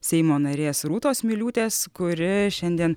seimo narės rūtos miliūtės kuri šiandien